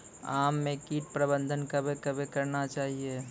आम मे कीट प्रबंधन कबे कबे करना चाहिए?